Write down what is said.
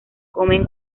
comen